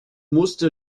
musste